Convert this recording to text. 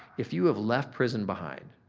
if you have left prison behind,